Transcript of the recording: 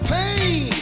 pain